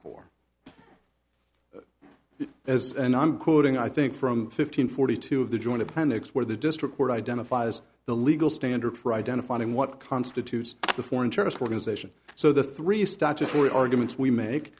for as and i'm quoting i think from fifteen forty two of the joint appendix where the district court identifies the legal standard for identifying what constitutes the foreign terrorist organization so the three statutory arguments we make